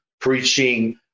preaching